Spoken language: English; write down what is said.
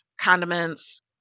condiments